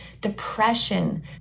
depression